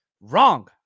Wrong